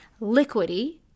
liquidy